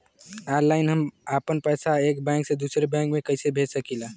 Online हम आपन पैसा एक बैंक से दूसरे बैंक में कईसे भेज सकीला?